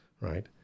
right